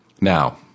Now